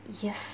yes